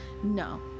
No